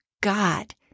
God